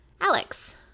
Alex